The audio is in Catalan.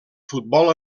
futbol